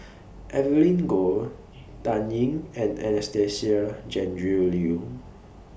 Evelyn Goh Dan Ying and Anastasia Tjendri Liew